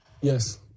Yes